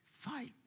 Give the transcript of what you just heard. Fight